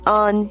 on